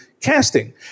casting